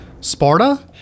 Sparta